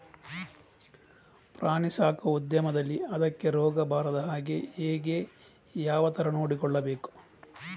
ಪ್ರಾಣಿ ಸಾಕುವ ಉದ್ಯಮದಲ್ಲಿ ಅದಕ್ಕೆ ರೋಗ ಬಾರದ ಹಾಗೆ ಹೇಗೆ ಯಾವ ತರ ನೋಡಿಕೊಳ್ಳಬೇಕು?